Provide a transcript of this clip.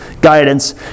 guidance